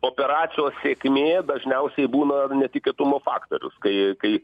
operacijos sėkmė dažniausiai būna ir netikėtumo faktorius kai kai